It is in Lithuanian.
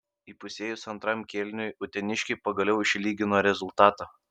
įpusėjus antrajam kėliniui uteniškiai pagaliau išlygino rezultatą